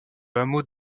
hameau